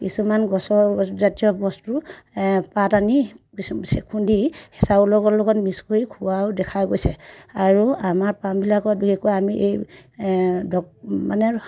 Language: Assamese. কিছুমান গছৰ জাতীয় বস্তু পাত আনি খুন্দি চাউলৰ লগত মিক্স কৰি খোৱাও দেখা গৈছে আৰু আমাৰ পামবিলাকত বিশেষকৈ আমি এই মানে